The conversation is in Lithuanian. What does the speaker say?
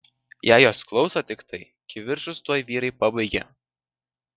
jei jos klauso tiktai kivirčus tuoj vyrai pabaigia